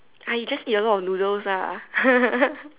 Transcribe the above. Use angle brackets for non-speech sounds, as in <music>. I just eat a lot of noodles lah <laughs>